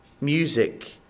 music